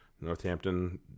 Northampton